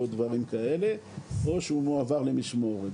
או שהוא מועבר למשמורת.